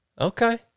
Okay